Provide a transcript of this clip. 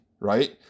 right